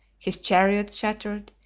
his chariots shattered,